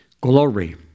Glory